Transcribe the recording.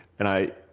and i.